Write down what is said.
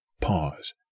pause